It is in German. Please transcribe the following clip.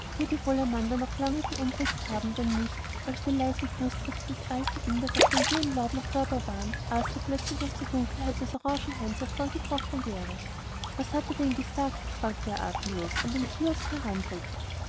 würde wohl amanda noch lange beunruhigt haben wenn nicht als die leisen fußtritte des alten inders auf dem dürren laub noch hörbar waren arthur plötzlich aus der dunkelheit des orangenhains hervorgebrochen wäre was hat er denn gesagt fragte er atemlos in den kiosk